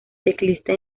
teclista